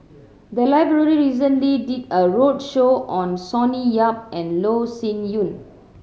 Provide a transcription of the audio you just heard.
the library recently did a roadshow on Sonny Yap and Loh Sin Yun